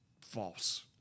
false